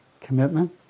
commitment